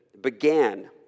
began